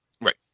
Right